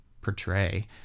portray